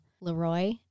Leroy